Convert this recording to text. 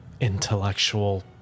intellectual